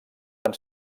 van